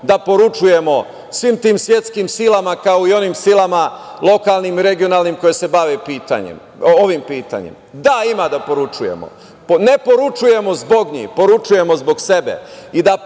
da poručujemo svim tim svetskim silama, kao i onim silama, lokalnim i regionalnim koje se bave ovim pitanjem. Da ima da poručujemo, ne poručujemo zbog njih, poručujemo zbog sebe